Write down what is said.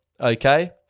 Okay